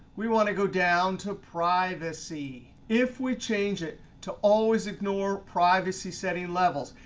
we want to go down to privacy. if we change it to always ignore privacy setting levels.